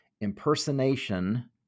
impersonation